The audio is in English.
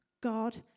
God